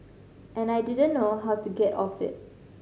and I didn't know how to get off it